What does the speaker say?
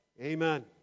Amen